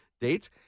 dates